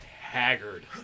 haggard